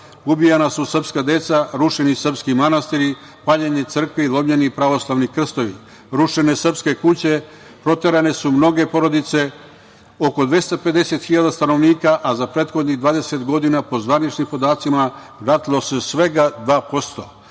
Ubijana su srpska deca, rušili srpski manastiri, paljene crkve i lomljeni pravoslavni krstovi, rušene srpske kuće, proterane su mnoge porodice. Oko 250 hiljada stanovnika, a za prethodnih 20 godina, po zvaničnim podacima, vratilo se svega 2%.